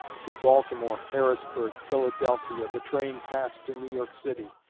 through baltimore, harrisburg, philadelphia, the train passed to new york city,